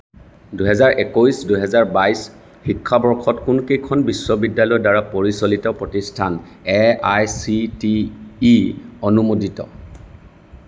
দুহেজাৰ একৈশ দুহেজাৰ বাইশ শিক্ষাবৰ্ষত কোনকেইখন বিশ্ববিদ্যালয়ৰ দ্বাৰা পৰিচালিত প্ৰতিষ্ঠান এআইচিটিই অনুমোদিত